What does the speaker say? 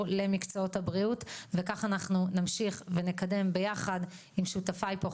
למקצועות הבריאות וכך אנחנו נמשיך ונקדם ביחד עם שותפיי פה,